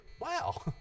wow